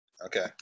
Okay